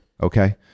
okay